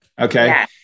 Okay